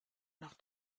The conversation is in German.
nach